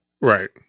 Right